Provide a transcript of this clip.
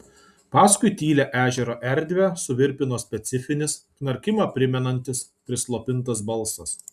paskui tylią ežero erdvę suvirpino specifinis knarkimą primenantis prislopintas balsas